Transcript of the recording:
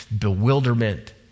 bewilderment